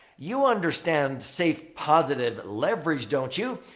you understand safe positive leverage, don't you?